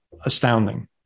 astounding